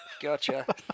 Gotcha